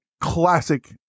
classic